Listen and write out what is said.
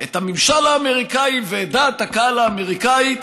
את הממשל האמריקני ואת דעת הקהל האמריקנית